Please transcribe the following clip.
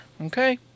Okay